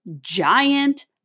giant